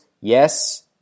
yes